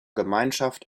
gemeinschaft